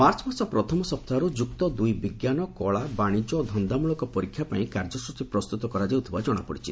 March ମାସ ପ୍ରଥମ ସପ୍ତାହରୁ ଯୁକ୍ତ ଦୁଇ ବିଙ୍କାନ କଳା ବାଶିଙ୍କା ଓ ଧନ୍ଦାମ୍ଳକ ପରୀକ୍ଷା ପାଇଁ କାର୍ଯ୍ୟଟୀ ପ୍ରସ୍ତୁତ କରାଯାଉଥିବା ଜଶାପଡ଼ିଛି